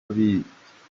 biye